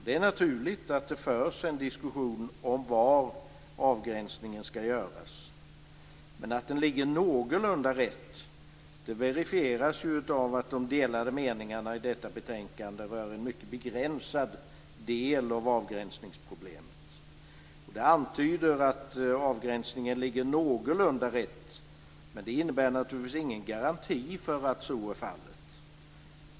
Det är naturligt att det förs en diskussion om var avgränsningen skall göras, men att den ligger någorlunda rätt verifieras ju av att de delade meningarna i detta betänkande rör en mycket begränsade del av avgränsningsproblemet. Det antyder att avgränsningen ligger någorlunda rätt, men det innebär naturligtvis ingen garanti för att så är fallet.